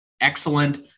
excellent